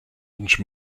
launch